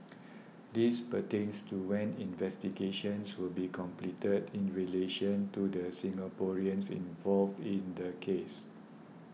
this pertains to when investigations will be completed in relation to the Singaporeans involved in the case